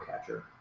catcher